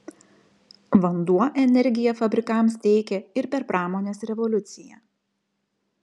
vanduo energiją fabrikams teikė ir per pramonės revoliuciją